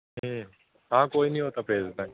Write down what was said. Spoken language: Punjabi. ਹਾਂ ਕੋਈ ਨਹੀਂ ਉਹ ਤਾਂ ਭੇਜਦਾਂਗੇ